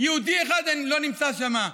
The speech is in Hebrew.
יהודי אחד לא נמצא שם.